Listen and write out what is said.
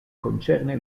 concerne